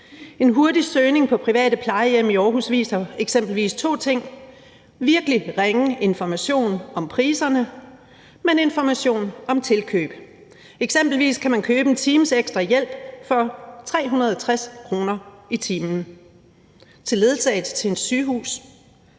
En hurtig søgning på private plejehjem i Aarhus viser eksempelvis to ting: virkelig ringe information om priserne, men information om tilkøb. Eksempelvis kan man købe 1 times ekstra hjælp for 360 kr. i timen til ledsagelse til sygehus.